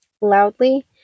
loudly